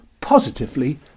positively